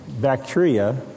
bacteria